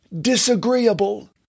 disagreeable